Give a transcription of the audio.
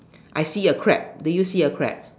I see a crab do you see a crab